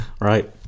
right